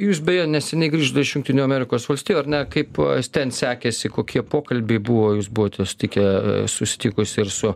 jūs beje neseniai grįžote iš jungtinių amerikos valstijų ar ne kaip ten sekėsi kokie pokalbiai buvo jūs buvote sutikę susitikusi ir su